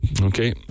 Okay